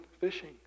fishing